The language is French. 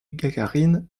gagarine